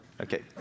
Okay